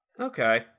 Okay